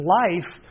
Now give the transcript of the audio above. life